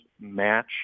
match